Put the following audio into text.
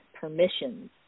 permissions